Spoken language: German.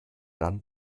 dann